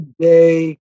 day